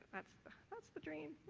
that's the that's the dream.